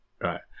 Right